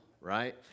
right